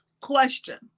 question